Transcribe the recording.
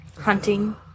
hunting